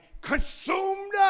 consumed